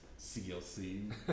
CLC